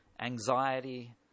anxiety